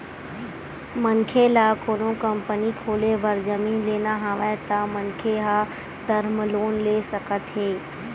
मनखे ल कोनो कंपनी खोले बर जमीन लेना हवय त मनखे ह टर्म लोन ले सकत हे